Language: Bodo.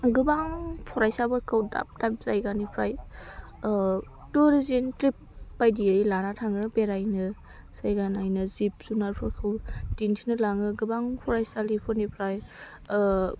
गोबां फरायसाफोरखौ दाब दाब जायगानिफ्राय टुरिजिम ट्रिप बायदियै लाना थाङो बेरायनो जायगा नायनो जिब जुनादफोरखौ दिन्थिनो लाङो गोबां फरायसालिफोरनिफ्राय